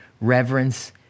reverence